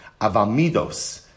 avamidos